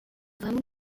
vraiment